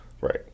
Right